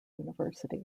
university